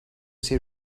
see